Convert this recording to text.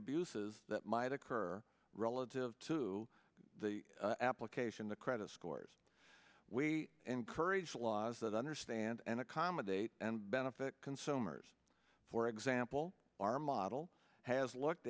abuses that might occur relative to the application the credit scores we encourage laws that understand and accommodate and benefit consumers for example our model has looked